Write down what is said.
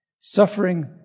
suffering